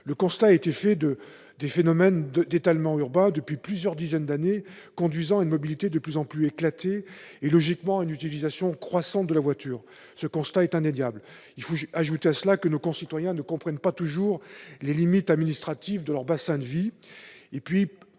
Le constat a été fait de ces phénomènes d'étalement urbain, depuis plusieurs dizaines d'années, conduisant à une mobilité de plus en plus éclatée et logiquement à l'utilisation croissante de la voiture. Ce constat est indéniable. Il faut ajouter à cela que nos concitoyens ne comprennent pas toujours les limites administratives de leur bassin de vie.